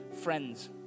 friends